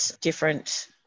different